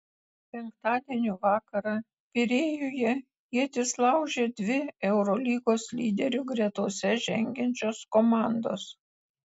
penktadienio vakarą pirėjuje ietis laužė dvi eurolygos lyderių gretose žengiančios komandos